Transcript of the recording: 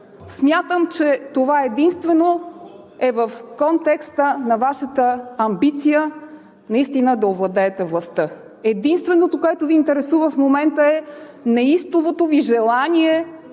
Смятам, че това единствено е в контекста на Вашата амбиция наистина да овладеете властта. Единственото, което Ви интересува в момента, е неистовото Ви желание